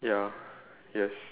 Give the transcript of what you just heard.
ya yes